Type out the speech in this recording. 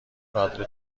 کادر